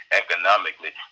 economically